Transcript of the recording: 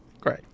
great